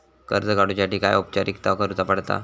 कर्ज काडुच्यासाठी काय औपचारिकता करुचा पडता?